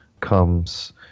comes